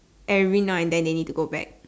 every now and then they need to go back